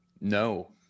no